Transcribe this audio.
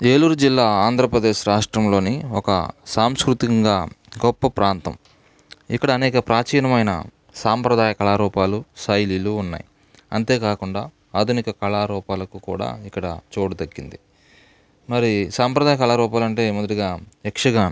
ఏలూరు జిల్లా ఆంధ్రప్రదేశ్ రాష్ట్రంలోని ఒక సాంసృతికంగా గొప్ప ప్రాంతం ఇక్కడ అనేక ప్రాచీనమైన సాంప్రదాయ కళారూపాలు శైలిలు ఉన్నాయి అంతేకాకుండా ఆధునిక కళారూపాలకు కూడా ఇక్కడ చోటు దక్కింది మరి సాంప్రదాయ కళారూపాలు అంటే మొదటిగా యక్షి గానం